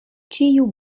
ĉiu